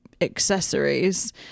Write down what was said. accessories